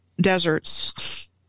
deserts